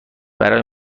برای